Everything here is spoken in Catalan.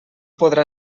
podrà